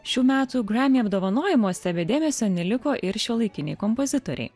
šių metų gremy apdovanojimuose be dėmesio neliko ir šiuolaikiniai kompozitoriai